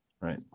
right